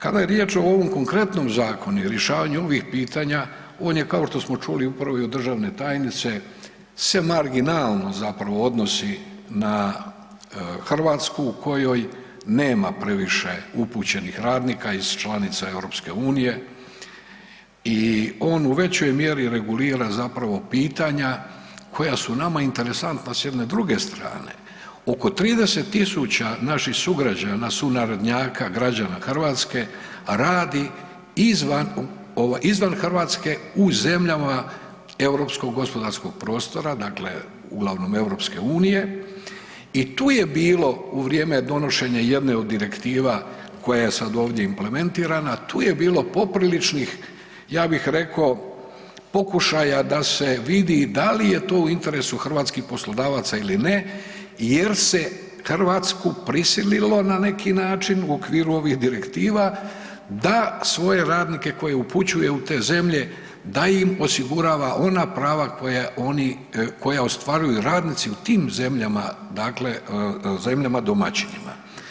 Kada je riječ o ovom konkretnom zakonu i rješavanju ovih pitanja, on ja kao što smo čuli upravo od državne tajnice se marginalno odnosi na Hrvatsku u kojoj nema previše upućenih radnika iz članica EU i on u većoj mjeri regulira pitanja koja su nama interesantna s jedne druge strane, oko 30.000 naših sugrađana, sunarodnjaka građana Hrvatske radi izvan Hrvatske u zemljama Europskog gospodarskog prostora, dakle uglavnom EU i tu je bilo u vrijeme donošenja jedne od direktiva, koja je sada ovdje implementirana, tu je bilo popriličnih ja bih rekao pokušaja da se vidi da li je to u interesu hrvatskih poslodavaca ili ne jer se Hrvatsku prisililo na neki način u okviru ovih direktiva da svoje radnike koje upućuj te zemlje da im osigurava ona prava koja oni, koji ostvaruju radnici u tim zemljama, dakle zemljama domaćinima.